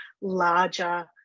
larger